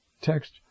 text